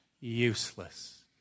useless